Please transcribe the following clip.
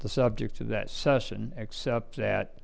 the subject of that session except that